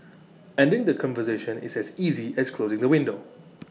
ending the conversation is as easy as closing the window